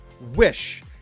Wish